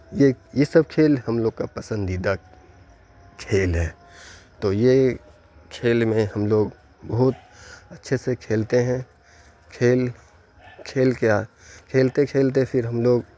یہ یہ سب کھیل ہم لوگ کا پسندیدہ کھیل ہے تو یہ کھیل میں ہم لوگ بہت اچھے سے کھیلتے ہیں کھیل کھیل کیا کھیلتے کھیلتے پھر ہم لوگ